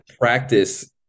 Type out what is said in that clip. practice